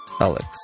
Alex